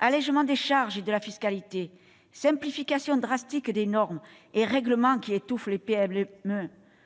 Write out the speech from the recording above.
allégement des charges et de la fiscalité, simplification drastique des normes et règlements qui étouffent les PME.